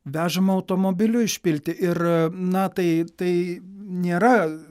vežama automobiliu išpilti ir na tai tai nėra